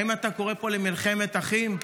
האם אתה קורא פה למלחמת אחים,